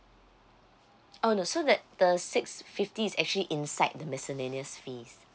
oh no so that the six fifty is actually inside the miscellaneous fees